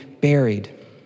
buried